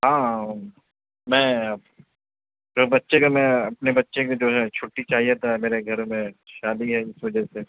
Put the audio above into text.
ہاں میں میں بچے کا میں اپنے بچے کا جو ہے چھٹی چاہیے تھا میرے گھر میں شادی ہے اس وجہ سے